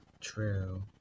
True